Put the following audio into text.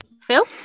Phil